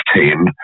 team